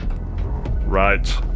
Right